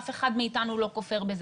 אף אחד מאיתנו לא כופר בזה,